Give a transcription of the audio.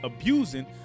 abusing